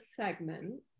segment